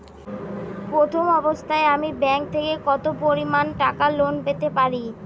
প্রথম অবস্থায় আমি ব্যাংক থেকে কত পরিমান টাকা লোন পেতে পারি?